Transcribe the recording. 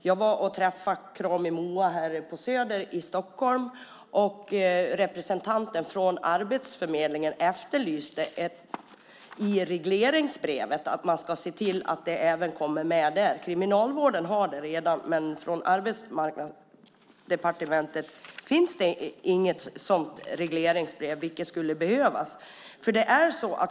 Jag hade en träff med Krami och MOA på Söder i Stockholm, och representanten från arbetsförmedlingen efterlyste att man ska se till att det även kommer med i regleringsbrevet. Kriminalvården har det redan, men från Arbetsmarknadsdepartementet finns det inget sådant regleringsbrev, vilket skulle behövas.